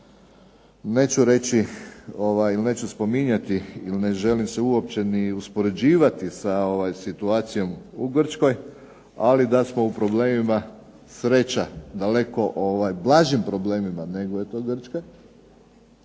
neću spominjati ili ne želim se uopće ni uspoređivati sa situacijom u Grčkoj, ali da smo u problemima sreća daleko blažim problemima nego je to Grčka,